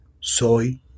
soy